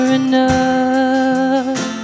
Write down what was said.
enough